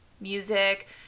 music